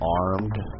armed